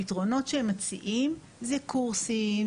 הפתרונות שהם מציעים זה קורסים,